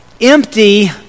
empty